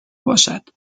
باشد